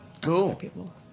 Cool